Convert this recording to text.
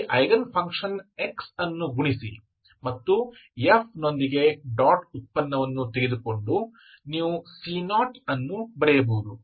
ಆದ್ದರಿಂದ ಈ eigen function x ಅನ್ನು ಗುಣಿಸಿ ಮತ್ತು f ನೊಂದಿಗೆ ಡಾಟ್ ಉತ್ಪನ್ನವನ್ನು ತೆಗೆದುಕೊಂಡು ನೀವು c0 ಅನ್ನು ಪಡೆಯಬಹುದು